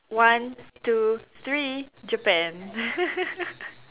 one two three Japan